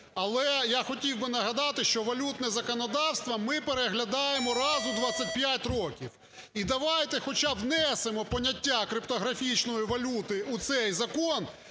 Але я хотів би нагадати, що валютне законодавство ми переглядаємо раз у 25 років. І давайте хоча б внесемо поняття "криптографічної валюти" у цей закон,